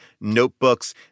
notebooks